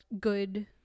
good